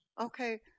Okay